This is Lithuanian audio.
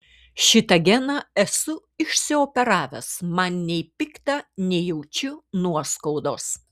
šitą geną esu išsioperavęs man nei pikta nei jaučiu nuoskaudos